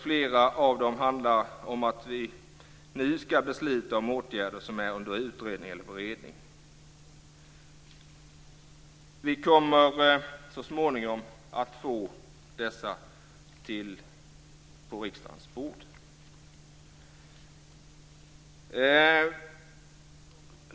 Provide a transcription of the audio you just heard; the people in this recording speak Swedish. Flera av dem handlar om att vi nu skall besluta om åtgärder som är under utredning eller som bereds. Vi kommer så småningom att få dessa på riksdagens bord.